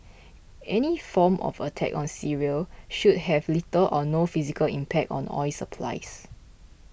any form of attack on Syria should have little or no physical impact on oil supplies